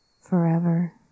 Forever